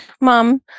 mom